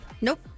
Nope